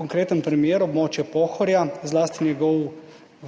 Konkretni primer, območje Pohorja, zlasti njegov